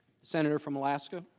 senator from alaska.